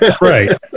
Right